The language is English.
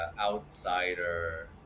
outsider